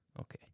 Okay